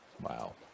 Wow